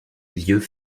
lieux